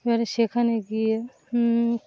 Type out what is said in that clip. এবার সেখানে গিয়ে